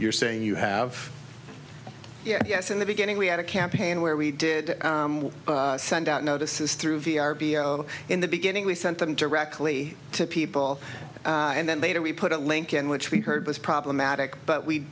you're saying you have yes in the beginning we had a campaign where we did send out notices through in the beginning we sent them directly to people and then later we put a link in which we heard was problematic but we